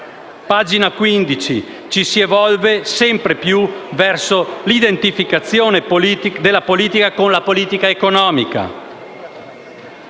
pagina 15: «ci si evolve sempre più verso l'identificazione della politica con la politica economica».